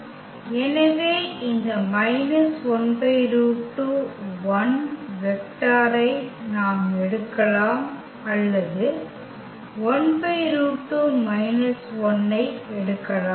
எனவே இந்த வெக்டாரை நாம் எடுக்கலாம் அல்லது ஐ எடுக்கலாம்